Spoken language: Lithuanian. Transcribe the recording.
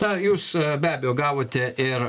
tą jūs be abejo gavote ir